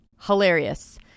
hilarious